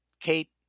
Kate